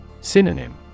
Synonym